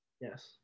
Yes